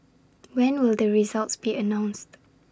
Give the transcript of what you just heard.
when will the results be announced